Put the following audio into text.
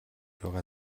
байгаа